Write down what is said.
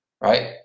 right